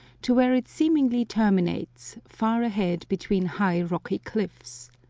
to where it seemingly terminates, far ahead between high rocky cliffs.